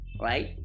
right